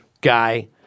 guy